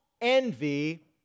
envy